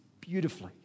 beautifully